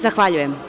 Zahvaljujem.